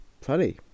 funny